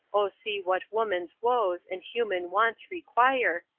oh, see what woman's woes and human wants require,